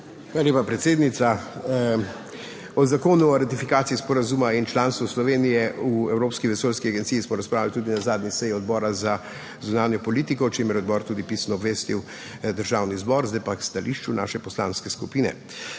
Hvala lepa, predsednica. O zakonu o ratifikaciji sporazuma in članstvu Slovenije v Evropski vesoljski agenciji smo razpravljali tudi na zadnji seji Odbora za zunanjo politiko, o čemer je odbor Državni zbor tudi pisno obvestil. Zdaj pa k stališču naše poslanske skupine.